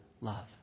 love